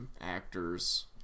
actors